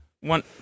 one